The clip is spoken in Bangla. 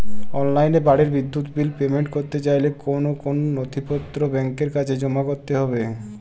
অনলাইনে বাড়ির বিদ্যুৎ বিল পেমেন্ট করতে চাইলে কোন কোন নথি ব্যাংকের কাছে জমা করতে হবে?